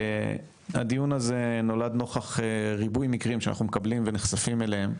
הדיון הזה נולד נוכח ריבוי מקרים שאנחנו מקבלים ונחשפים אליהם,